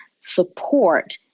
support